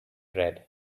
red